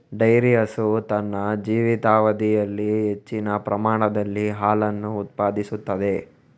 dairy ಹಸು ತನ್ನ ಜೀವಿತಾವಧಿಯಲ್ಲಿ ಹೆಚ್ಚಿನ ಪ್ರಮಾಣದಲ್ಲಿ ಹಾಲನ್ನು ಉತ್ಪಾದಿಸುತ್ತದೆ